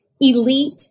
Elite